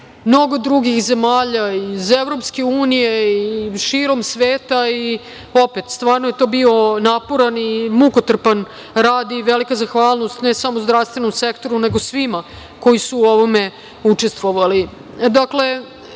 mnogo drugih zemalja iz EU i širom sveta i opet stvarno je to bio naporan i mukotrpan rad i velika zahvalnost ne samo zdravstvenom sektoru, nego svima koji su u ovome učestvovali. Dakle,